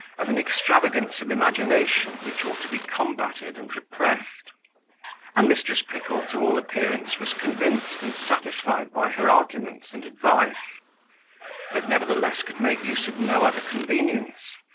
as an extravagance of imagination which ought to be combated and repressed and mrs. pickle, to all appearance was convinced and satisfied by her arguments and advice but, nevertheless, could make use of no other convenience,